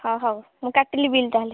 ହଁ ହଉ ମୁଁ କାଟିଲି ବିଲ୍ ତା'ହେଲେ